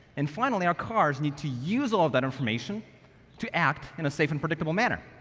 and, finally, our cars need to use all that information to act in a safe and predictable manner.